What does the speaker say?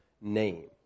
name